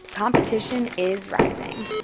competition is rising.